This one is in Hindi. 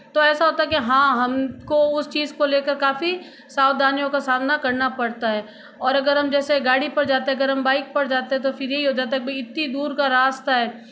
तो ऐसा होता है की हाँ हमको उस चीज़ को लेकर काफ़ी सावधानियों का सामना करना पड़ता है और अगर हम जैसे गाड़ी पर जाते हैं अगर हम बाइक पर जाते है तो फिर यह हो जाता है भाई इतनी दूर का रास्ता है